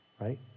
right